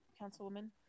Councilwoman